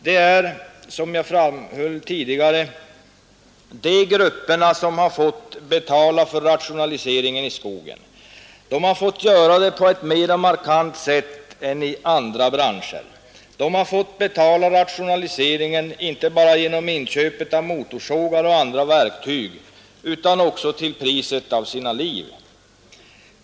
Det är, som jag framhöll tidigare, de grupperna som har fått betala för rationaliseringen i skogen. De har fått göra det på ett mer markant sätt än arbetare i andra branscher. De har fått betala rationaliseringen inte bara genom inköp av motorsågar och andra verktyg utan också till priset av sina liv.